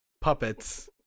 puppets